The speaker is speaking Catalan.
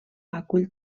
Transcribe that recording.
acull